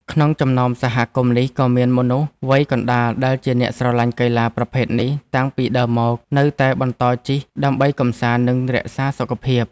ក្នុងចំណោមសហគមន៍នេះ ក៏មានមនុស្សវ័យកណ្ដាលដែលជាអ្នកស្រឡាញ់កីឡាប្រភេទនេះតាំងពីដើមមក នៅតែបន្តជិះដើម្បីកម្សាន្ត និងរក្សាសុខភាព។